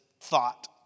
thought